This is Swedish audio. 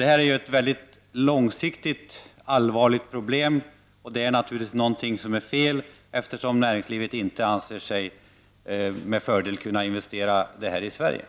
Detta är ett långsiktigt allvarligt problem, och det är naturligtvis någonting som är fel, eftersom näringslivet inte anser sig med fördel kunna investera i Sverige.